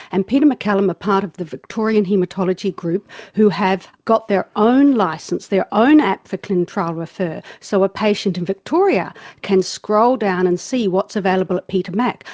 and peter maccallum are part of the victorian haematology group who have got their own licence, their own app for clintrial refer, so a patient in victoria can scroll down and see what's available at peter mac.